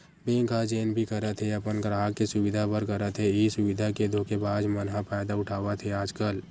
bank ह जेन भी करत हे अपन गराहक के सुबिधा बर करत हे, इहीं सुबिधा के धोखेबाज मन ह फायदा उठावत हे आजकल